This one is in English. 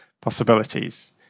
possibilities